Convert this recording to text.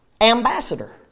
ambassador